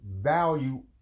value